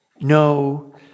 no